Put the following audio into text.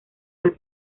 del